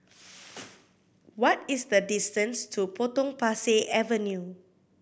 what is the distance to Potong Pasir Avenue